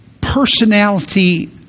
personality